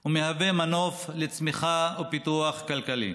והוא מנוף לצמיחה ופיתוח כלכלי,